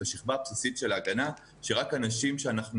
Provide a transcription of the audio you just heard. את השכבה הבסיסית של ההגנה שרק אנשים שאנחנו